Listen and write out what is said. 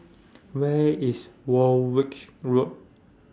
Where IS Warwick Road